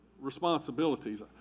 responsibilities